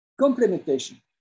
complementation